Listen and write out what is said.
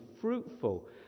fruitful